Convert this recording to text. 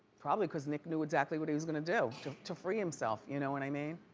probably because nick knew exactly what he was gonna do to free himself, you know what i mean?